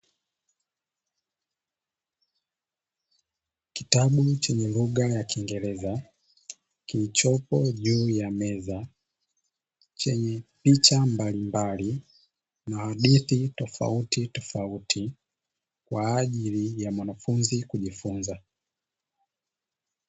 Kitabu chenye lugha ya kingereza kilichopo juu ya meza, chenye picha mbalimbali na hadithi tofauti tofauti kwa ajili ya mwanafunzi kujifunza.